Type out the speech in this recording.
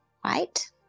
white